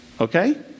Okay